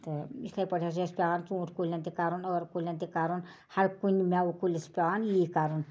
تہٕ اِتھٕے پٲٹھۍ حظ چھِ اَسہِ پٮ۪وان ژھوٗنٛٹ کُلیٚن تہِ کَرُن ٲر کُلیٚن تہِ کَرُن ہر کُنہِ مٮ۪وٕ کُلِس چھِ پٮ۪وان یی کَرُن